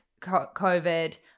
COVID